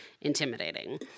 intimidating